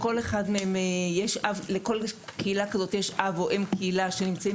כשלכל קהילה כזאת יש אב או אם קהילה שנמצאים